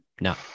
No